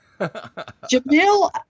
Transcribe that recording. Jamil